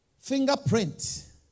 Fingerprint